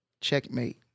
checkmate